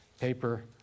paper